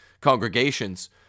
congregations